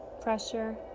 pressure